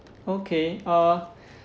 okay uh